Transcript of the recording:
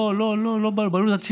לא לא לא, בבעלות הציבור.